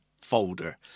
folder